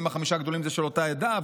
ואם החמישה הגדולים זה של אותה עדה,